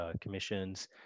commissions